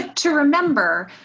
to remember,